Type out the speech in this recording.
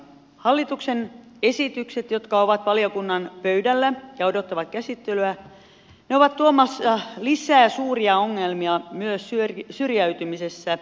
hallituksen esitykset jotka ovat valiokunnan pöydällä ja odottavat käsittelyä ovat tuomassa lisää suuria ongelmia myös syrjäytymisessä